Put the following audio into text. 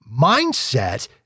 mindset